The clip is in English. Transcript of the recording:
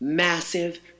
Massive